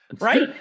right